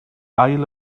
isle